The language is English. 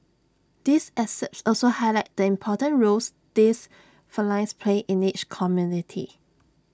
these excerpts also highlight the important roles these felines play in each community